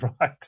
right